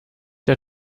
der